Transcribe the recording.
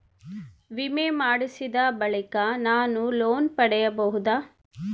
ವಿಮೆ ಮಾಡಿಸಿದ ಬಳಿಕ ನಾನು ಲೋನ್ ಪಡೆಯಬಹುದಾ?